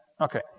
Okay